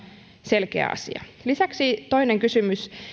selkeä asia lisäksi toinen kysymys